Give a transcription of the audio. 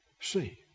see